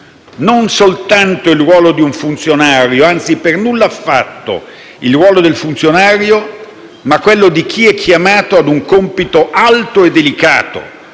che svolge il ruolo di un funzionario, anzi per nulla affatto il ruolo del funzionario, ma quello di chi è chiamato a un compito alto e delicato: